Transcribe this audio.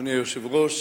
אדוני היושב-ראש,